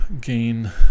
gain